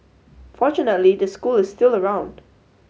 fortunately the school is still around